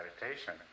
meditation